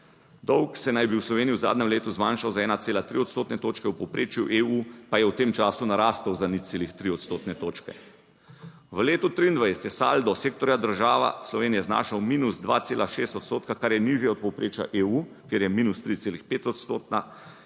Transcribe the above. Dolg se naj bi v Sloveniji v zadnjem letu zmanjšal za 1,3 odstotne točke, v povprečju EU pa je v tem času narastel za 0,3 odstotne točke. V letu 2023 je saldo sektorja država Slovenija znašal -2,6 odstotka, kar je nižja od povprečja EU, kjer je -3,5 odstotna